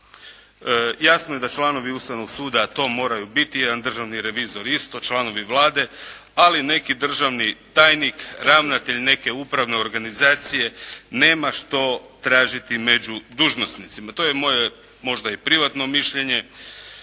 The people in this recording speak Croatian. Jasno je da članovi Ustavnog suda to moraju biti, jedan državni revizor isto, članovi Vlade ali neki državni tajnik, ravnatelj neke upravne organizacije nema što tražiti među dužnosnicima. To je moje možda i privatno mišljenje